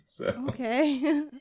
Okay